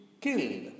killed